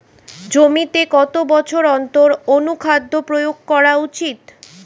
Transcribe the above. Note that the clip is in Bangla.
জমিতে কত বছর অন্তর অনুখাদ্য প্রয়োগ করা উচিৎ?